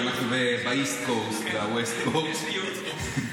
כי אנחנו ב-east coast וב-west coast.